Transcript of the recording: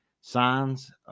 signs